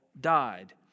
died